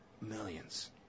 millions